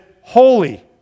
holy